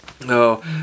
no